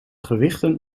gewichten